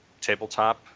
tabletop